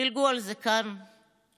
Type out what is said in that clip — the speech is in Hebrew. דילגו על זה כאן בכנסת.